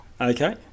Okay